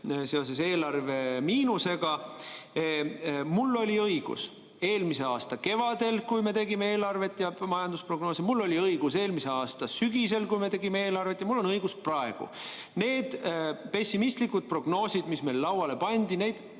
seoses eelarve miinusega. Mul oli õigus eelmise aasta kevadel, kui me tegime eelarvet ja majandusprognoose, mul oli õigus eelmise aasta sügisel, kui me tegime eelarvet, ja mul on õigus praegu. Neid pessimistlikke prognoose, mis meile lauale pandi, ma